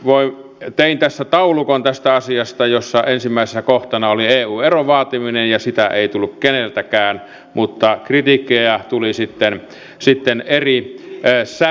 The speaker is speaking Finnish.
tein tässä taulukon tästä asiasta jossa ensimmäisenä kohtana oli eu eron vaatiminen ja sitä ei tullut keneltäkään mutta kritiikkiä tuli sitten eri sävyasteissa